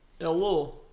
Hello